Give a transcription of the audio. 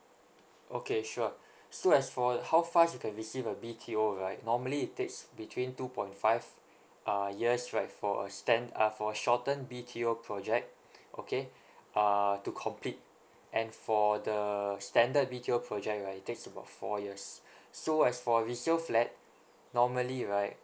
okay sure so as for how fast you can receive a B_T_O right normally it takes between two point five uh years right for a stand uh for shortened B_T_O project okay uh to complete and for the standard B_T_O project right it takes about four years so as for resale flat normally right